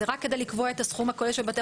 זה רק כדי לקבוע את הסכום הכולל של בתי